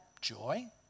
joy